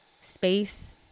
space